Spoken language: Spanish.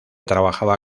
trabajaba